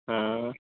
ہاں